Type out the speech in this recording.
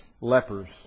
lepers